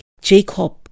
Jacob